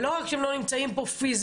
לא רק שהם לא נמצאים פה פיזית.